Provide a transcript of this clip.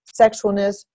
sexualness